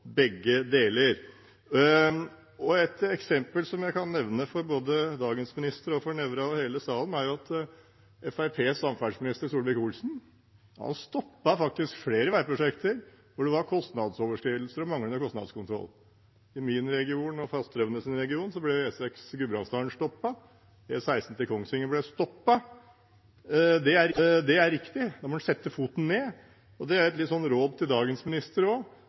begge deler. Et eksempel som jeg kan nevne både for dagens minister, for Nævra og for hele salen, er at Fremskrittspartiets tidligere samferdselsminister Solvik-Olsen faktisk stoppet flere veiprosjekter hvor det var kostnadsoverskridelser og manglende kostnadskontroll. I min region og i Fasteraunes region ble E6 Gudbrandsdalen stoppet og E16 Kongsvinger ble stoppet. Det var riktig, da må man sette foten ned, og det er et råd til dagens samferdselsminister også. Jeg håper at ministeren for framtiden vil stoppe prosjekter som går dårlig, som har manglende kontroll og